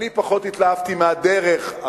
אני פחות התלהבתי מהדרך,